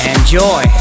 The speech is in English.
Enjoy